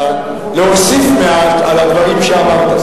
להוסיף מעט על הדברים שאמרת.